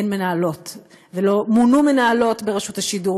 אין מנהלות ולא מונו מנהלות ברשות השידור,